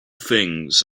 things